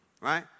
right